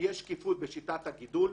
ושתהיה שקיפות בשיטת הגידול.